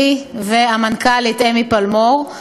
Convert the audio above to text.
אני והמנכ"לית אמי פלמור.